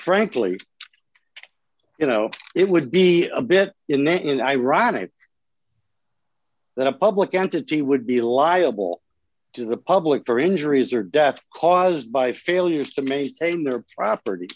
frankly you know it would be a bit in and ironic that a public entity would be liable to the public for injuries or deaths caused by failures to maintain their property